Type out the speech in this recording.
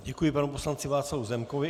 Děkuji panu poslanci Václavu Zemkovi.